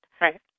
right